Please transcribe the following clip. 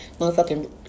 motherfucking